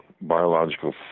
biological